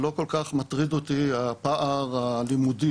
שלא כל כך מטריד אותי הפער הלימודי,